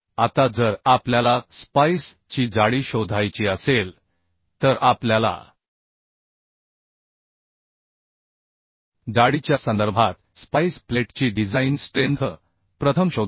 आता जर आपल्याला स्पाईस ची जाडी शोधायची असेल तर आपल्याला जाडीच्या संदर्भात स्पाईस प्लेट ची डिझाइन स्ट्रेंथ प्रथम शोधा